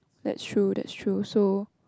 that's true that's true so